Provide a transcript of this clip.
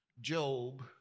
Job